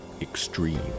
extreme